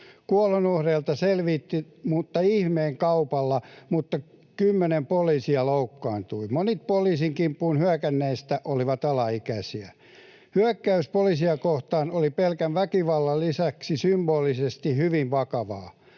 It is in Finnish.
Kuolonuhreitta selvittiin kuin ihmeen kaupalla, mutta kymmeniä poliiseja loukkaantui. Monet poliisin kimppuun hyökänneistä olivat alaikäisiä. Hyökkäys poliisia kohtaan oli pelkän väkivallan lisäksi symbolisesti hyvin vakavaa.